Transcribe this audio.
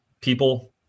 people